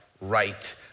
right